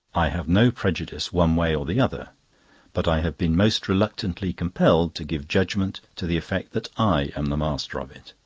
i have no prejudice one way or the other but i have been most reluctantly compelled to give judgment to the effect that i am the master of it.